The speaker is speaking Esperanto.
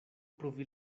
pruvi